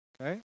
Okay